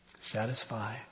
Satisfy